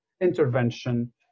intervention